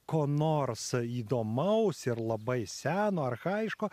ko nors įdomaus ir labai seno archajiško